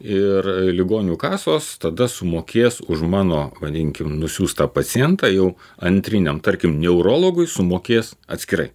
ir ligonių kasos tada sumokės už mano vadinkim nusiųstą pacientą jau antriniam tarkim neurologui sumokės atskirai